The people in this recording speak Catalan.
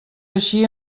així